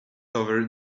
over